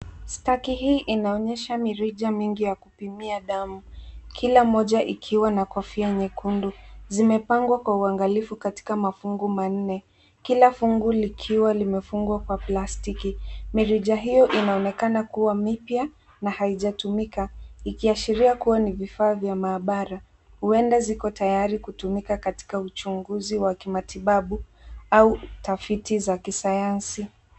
Staki hii inaonyesha mirija mingi ya kupimia damu, kila moja ikiwa na kofia nyekundu. Zimepangwa kwa uangalifu katika mafungu manne, kila fungu likiwa limefungwa kwa plastiki. Mirija hiyo inaonekana kuwa mipya na haijatumika, ikiashiria kuwa ni vifaa vya maabara. Huenda ziko tayari kutumika katika uchunguzi wa kimatibabu au tafiti za kisayansi.